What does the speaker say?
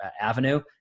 avenue